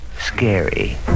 scary